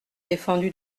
défendu